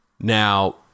Now